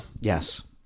Yes